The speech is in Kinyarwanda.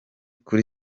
kuri